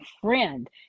friend